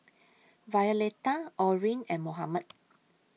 Violeta Orin and Mohamed